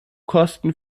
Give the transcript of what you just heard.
kosten